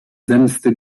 zemsty